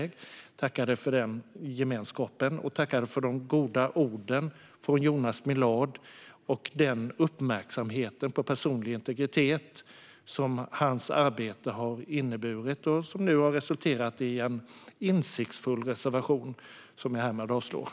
Jag vill tacka för den gemenskapen, för de goda orden från Jonas Millard och för det uppmärksammande av personlig integritet som hans arbete har inneburit och som nu har resulterat i en insiktsfull reservation, som jag härmed avstyrker.